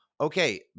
okay